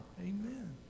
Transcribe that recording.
Amen